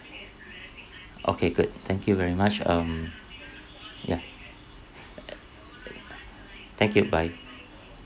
okay good thank you very much um ya err thank you bye